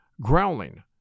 growling